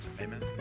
Amen